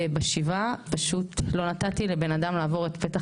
ובשבעה פשוט לא נתתי לבן אדם לעבור את פתח